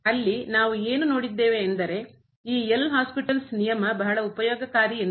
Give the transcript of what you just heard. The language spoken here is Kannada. ಅಲ್ಲಿ ನಾವು ಏನು ನೋಡಿದ್ದೇವೆ ಎಂದರೆ ಈ L ಹಾಸ್ಪಿಟಲ್ಸ್ ನಿಯಮ ಬಹಳ ಉಪಯೋಗಕಾರಿ ಎಂದು